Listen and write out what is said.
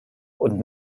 und